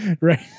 right